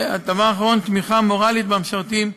דבר אחרון, תמיכה מורלית במשרתים,